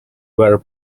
were